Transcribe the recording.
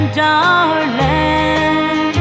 darling